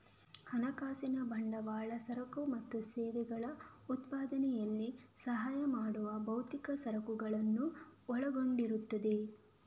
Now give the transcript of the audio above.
ಹಣಕಾಸಿನ ಬಂಡವಾಳ ಸರಕು ಮತ್ತು ಸೇವೆಗಳ ಉತ್ಪಾದನೆಯಲ್ಲಿ ಸಹಾಯ ಮಾಡುವ ಭೌತಿಕ ಸರಕುಗಳನ್ನು ಒಳಗೊಂಡಿರುತ್ತದೆ